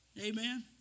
Amen